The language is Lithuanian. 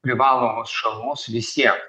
privalomus šalmus visiem